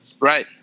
Right